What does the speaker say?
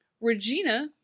Regina